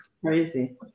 Crazy